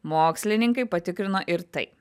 mokslininkai patikrino ir tai